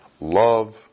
Love